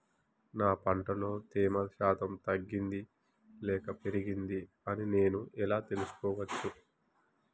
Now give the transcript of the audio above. నా పంట లో తేమ శాతం తగ్గింది లేక పెరిగింది అని నేను ఎలా తెలుసుకోవచ్చు?